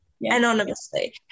anonymously